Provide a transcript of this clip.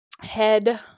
head